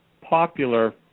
popular